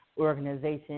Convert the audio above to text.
organization